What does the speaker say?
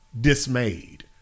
dismayed